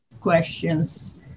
questions